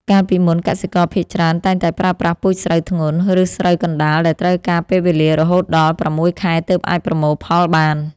កាលពីមុន កសិករភាគច្រើនតែងតែប្រើប្រាស់ពូជស្រូវធ្ងន់ ឬស្រូវកណ្ដាលដែលត្រូវការពេលវេលារហូតដល់ ៦ ខែទើបអាចប្រមូលផលបាន។